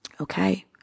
Okay